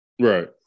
Right